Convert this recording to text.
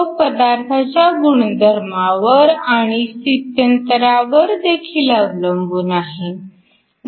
तो पदार्थाच्या गुणधर्मावर आणि स्थित्यंतरावर देखील अवलंबून आहे